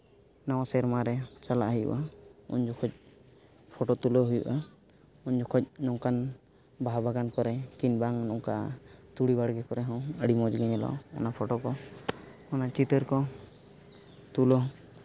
ᱱᱟᱣᱟ ᱥᱮᱨᱢᱟ ᱨᱮ ᱪᱟᱞᱟᱜ ᱦᱩᱭᱩᱜᱼᱟ ᱩᱱ ᱡᱚᱠᱷᱚᱱ ᱯᱷᱳᱴᱳ ᱛᱩᱞᱟᱹᱣ ᱦᱩᱭᱩᱜᱼᱟ ᱩᱱ ᱡᱚᱠᱷᱚᱱ ᱱᱚᱝᱠᱟᱱ ᱵᱟᱦᱟ ᱵᱟᱜᱟᱱ ᱠᱚᱨᱮᱫ ᱠᱤᱝᱵᱟ ᱱᱚᱝᱠᱟ ᱛᱩᱲᱤ ᱵᱟᱲᱜᱮ ᱠᱚᱨᱮᱫ ᱦᱚᱸ ᱟᱹᱰᱤ ᱢᱚᱡᱽᱜᱮ ᱧᱮᱞᱚᱜᱼᱟ ᱚᱱᱟ ᱯᱷᱳᱴᱳ ᱠᱚ ᱚᱱᱟ ᱪᱤᱛᱟᱹᱨ ᱠᱚ ᱛᱩᱞᱟᱹᱣ